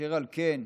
אשר על כן,